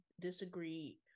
disagree